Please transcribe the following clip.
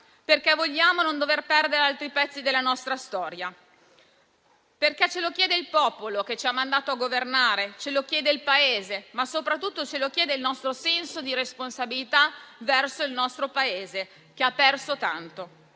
perché vogliamo non dover perdere altri pezzi della nostra storia, perché ce lo chiede il popolo che ci ha mandati a governare, ce lo chiede il Paese, ma soprattutto ce lo chiede il nostro senso di responsabilità verso il nostro Paese che ha perso tanto.